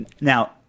now